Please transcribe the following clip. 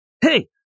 hey